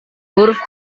huruf